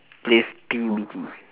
plays P_U_B_G